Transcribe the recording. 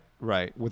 Right